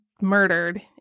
murdered